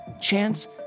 Chance